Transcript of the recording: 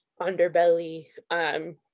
underbelly